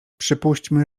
przypuśćmy